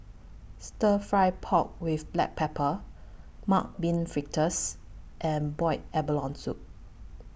Stir Fry Pork with Black Pepper Mung Bean Fritters and boiled abalone Soup